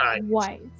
white